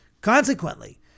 Consequently